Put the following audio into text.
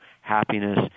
happiness